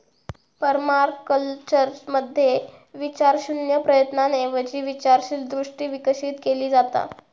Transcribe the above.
पर्माकल्चरमध्ये विचारशून्य प्रयत्नांऐवजी विचारशील दृष्टी विकसित केली जाता